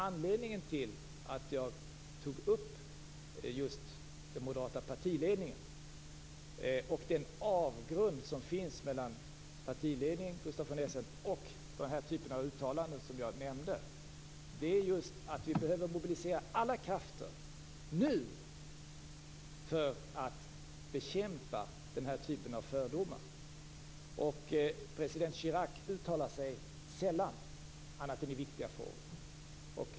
Anledningen till att jag tog upp den moderata partiledningen och den avgrund som finns mellan denna och den typ av uttalanden som jag nämnde, Gustaf von Essen, är just att vi behöver mobilisera alla krafter - nu - för att bekämpa den här typen av fördomar. President Chirac uttalar sig sällan annat än i viktiga frågor.